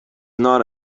not